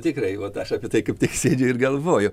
tikrai vat aš apie tai kaip tik sėdžiu ir galvoju